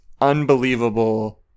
unbelievable